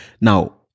Now